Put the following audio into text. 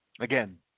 Again